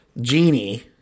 Genie